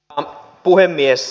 arvoisa puhemies